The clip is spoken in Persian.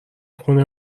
خونه